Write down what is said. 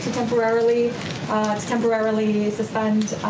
temporarily ah temporarily suspend